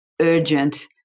urgent